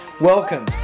Welcome